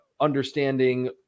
understanding